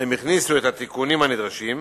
הכניסו את התיקונים הנדרשים.